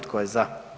Tko je za?